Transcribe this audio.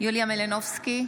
יוליה מלינובסקי,